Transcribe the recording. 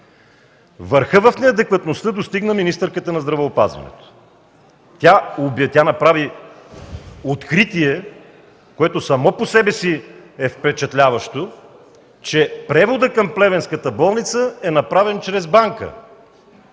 Върха в неадекватността достигна министърката на здравеопазването. Тя направи откритие, което само по себе си е впечатляващо, че преводът към плевенската болница е направен чрез банка.